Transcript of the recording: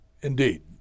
Indeed